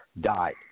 died